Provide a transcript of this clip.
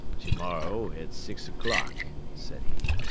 to-morrow, at six o'clock, said he,